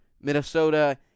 Minnesota